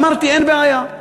ואמרתי, אין בעיה.